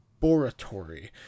laboratory